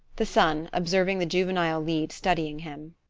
the son observing the juvenile lead studying him.